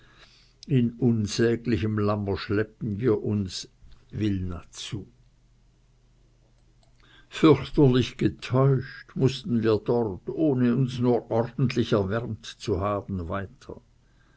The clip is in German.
in unsäglichem jammer schleppten wir uns wilna zu fürchterlich getäuscht mußten wir dort ohne uns nur ordentlich erwärmt zu haben weiter